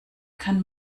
kann